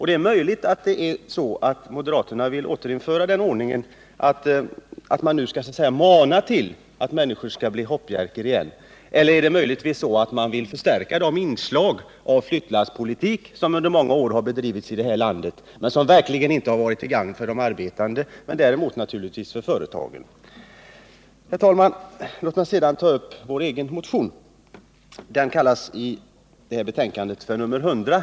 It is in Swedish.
Det är möjligt att moderaterna nu vill införa den ordningen att man så att säga skall uppmana människor att bli hoppjerkor igen. Eller är det möjligtvis så att man vill förstärka inslaget av den flyttlasspolitik som under många år bedrivits i det här landet, men som verkligen inte har varit till gagn för de arbetande men däremot naturligtvis för företagen. Herr talman! Låt mig sedan ta upp vår egen motion, motionen nr 100 i arbetsmarknadsutskottets betänkande nr 15.